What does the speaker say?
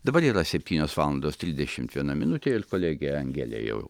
dabar yra septynios valandos trisdešimt viena minutė ir kolegė angelė jau